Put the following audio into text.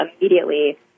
immediately